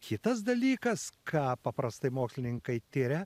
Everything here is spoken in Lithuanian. kitas dalykas ką paprastai mokslininkai tiria